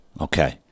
okay